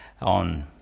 on